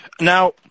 Now